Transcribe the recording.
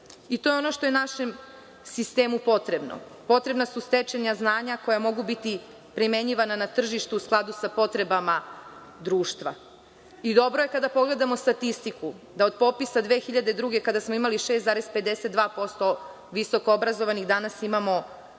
je ono što je našem sistemu potrebno. Potrebna su stečena znanja koja mogu biti primenjivana na tržištu u skladu sa potrebama društva. Dobro je kada pogledamo statistiku. Od popisa 2002. godine, kada smo imali 6,52% visoko obrazovanih, danas imamo,